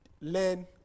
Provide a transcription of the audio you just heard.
learn